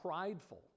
prideful